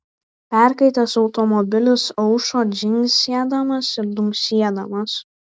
perkaitęs automobilis aušo dzingsėdamas ir dunksėdamas